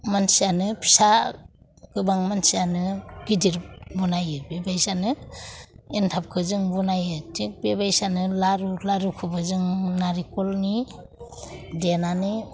मानसियानो फिसा गोबां मानसियानो गिदिर बानायो बे बायदिनो एन्थाबखौ जों बानायो थिक बे बायदिनो लारु लारुखौबो जों नारेंखलनि देनानै